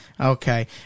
Okay